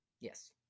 yes